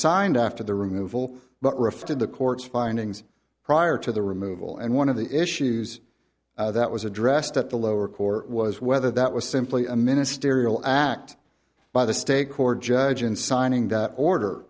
signed after the removal but referred to the court's findings prior to the removal and one of the issues that was addressed at the lower court was whether that was simply a ministerial act by the state court judge in signing that order